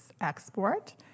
export